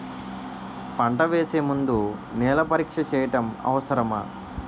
పంట వేసే ముందు నేల పరీక్ష చేయటం అవసరమా?